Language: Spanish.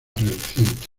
reluciente